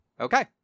Okay